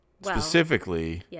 specifically